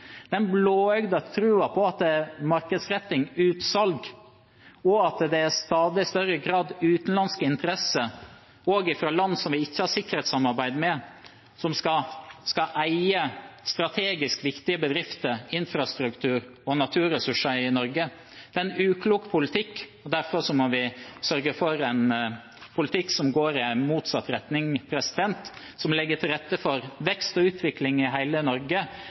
stadig større grad er utenlandske interesser, også fra land som vi ikke har sikkerhetssamarbeid med, som skal eie strategisk viktige bedrifter, infrastruktur og naturressurser i Norge, er en uklok politikk. Derfor må vi sørge for en politikk som går i motsatt retning, og som legger til rette for vekst og utvikling i hele Norge,